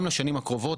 גם בשנים הקרובות,